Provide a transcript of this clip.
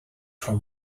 from